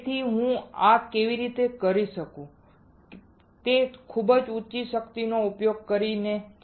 તેથી હું આ કેવી રીતે કરી શકું તે ખૂબ ઊંચી શક્તિનો ઉપયોગ કરીને છે